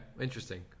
Interesting